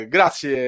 Grazie